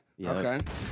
Okay